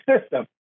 system